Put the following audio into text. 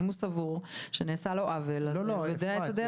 אם הוא סבור שנעשה לו עוול אז הוא יודע את הדרך.